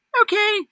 okay